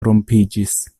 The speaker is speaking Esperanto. rompiĝis